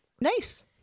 Nice